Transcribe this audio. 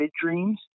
dreams